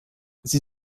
sie